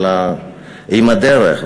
אלא עם הדרך.